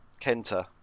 Kenta